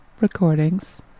Recordings